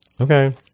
Okay